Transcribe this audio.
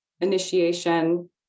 initiation